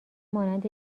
مانند